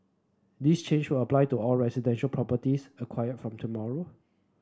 this change will apply to all residential properties acquired from tomorrow